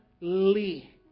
Lee